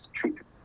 treatment